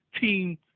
team